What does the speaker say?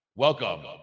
Welcome